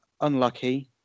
unlucky